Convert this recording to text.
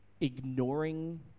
ignoring